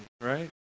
right